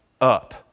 up